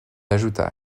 ajouta